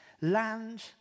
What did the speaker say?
Land